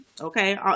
Okay